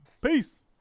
peace